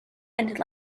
and